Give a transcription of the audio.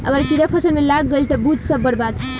अगर कीड़ा फसल में लाग गईल त बुझ सब बर्बाद